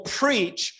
preach